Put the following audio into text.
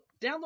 download